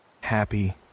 happy